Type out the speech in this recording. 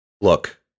look